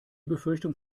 befürchtung